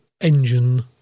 engine